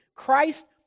Christ